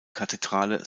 kathedrale